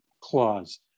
clause